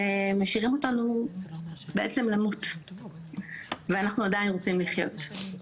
משאירים אותנו בעצם למות ואנחנו עדיין רוצים לחיות.